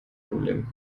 problem